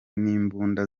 n’imbunda